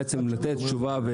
בעצם לתת תשובה,